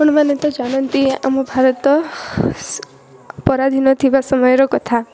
ଆପଣମାନେ ତ ଜାଣନ୍ତି ଆମ ଭାରତ ପରାଧୀନ ଥିବା ସମୟର କଥା